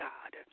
God